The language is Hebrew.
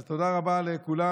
אז תודה רבה לכולם.